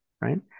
right